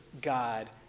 God